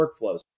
workflows